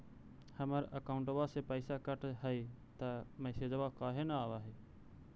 हमर अकौंटवा से पैसा कट हई त मैसेजवा काहे न आव है?